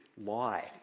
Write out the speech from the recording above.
lie